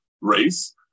race